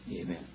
amen